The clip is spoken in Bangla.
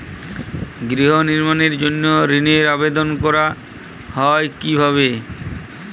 গৃহ নির্মাণের জন্য ঋণের আবেদন করা হয় কিভাবে?